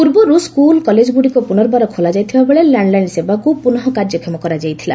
ପୂର୍ବରୁ ସ୍କୁଲ୍ କଲେଜ୍ଗୁଡ଼ିକ ପୁନର୍ବାର ଖୋଲାଯାଇଥିବାବେଳେ ଲ୍ୟାଣ୍ଡଲାଇନ୍ ସେବାକୁ ପୁନଃ କାର୍ଯ୍ୟକ୍ଷମ କରାଯାଇଥିଲା